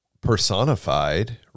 personified